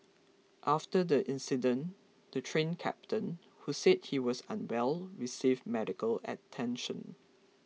after the incident the Train Captain who said he was unwell received medical attention